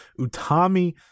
Utami